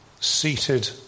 Seated